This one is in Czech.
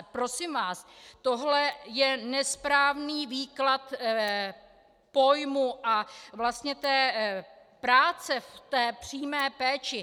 Prosím vás, tohle je nesprávný výklad pojmu a vlastně té práce v té přímé péči.